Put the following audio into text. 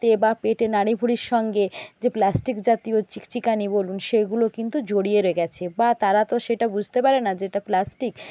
বা পেটে নাড়িভুড়ির সঙ্গে যে প্লাস্টিক জাতীয় চিকচিকানি বলুন সেইগুলো কিন্তু জড়িয়ে গেছে বা তারা তো সেটা বুঝতে পারে না যে এটা প্লাস্টিক